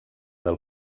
del